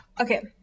okay